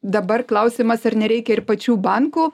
dabar klausimas ar nereikia ir pačių bankų